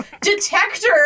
detector